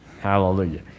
Hallelujah